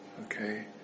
Okay